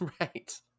Right